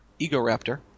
Egoraptor